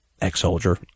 ex-soldier